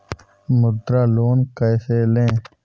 मुद्रा लोन कैसे ले?